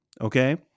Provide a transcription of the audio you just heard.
okay